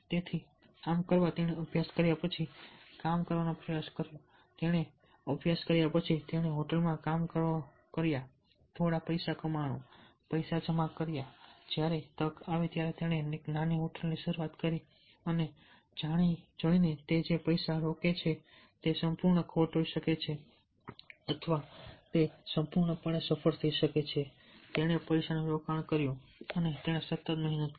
તેથી આમ કરવા માટે તેણે અભ્યાસ કર્યા પછી કામ કરવાનો પ્રયાસ કર્યો તેણે અભ્યાસ કર્યા પછી તેણે હોટલમાં કામ કરવાનો પ્રયાસ કર્યો થોડા પૈસા કમાયા પૈસા જમા કરાવ્યા જ્યારે તક આવી ત્યારે તેણે એક નાની હોટેલથી શરૂઆત કરી અને જાણી જોઈને તે જે પણ પૈસા રોકે છે તે સંપૂર્ણ ખોટ હોઈ શકે છે અથવા તે સંપૂર્ણ રીતે સફળ થઈ શકે છે તેણે પૈસાનું રોકાણ કર્યું અને તેણે સતત મહેનત કરી